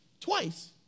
twice